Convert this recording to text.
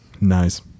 Nice